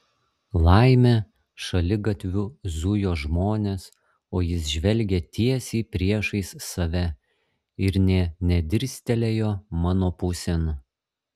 laimė šaligatviu zujo žmonės o jis žvelgė tiesiai priešais save ir nė nedirstelėjo mano pusėn